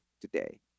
today